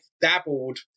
dabbled